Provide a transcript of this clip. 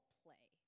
play